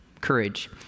Courage